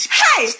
hey